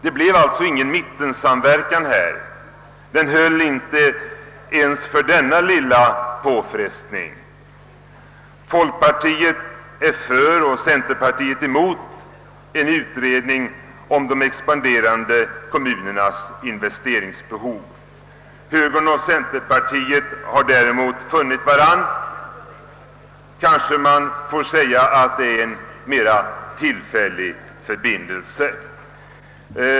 Det blev alltså ingen mittensamverkan här; den höll inte ens för denna lilla påfrestning. Folkpartiet är för och centerpartiet emot en utredning om de expanderande kommunernas investeringsbehov. Högern och centerpartiet har däremot funnit varandra. Kanske man får antaga att det är fråga om en mera tillfällig förbindelse.